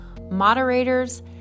moderators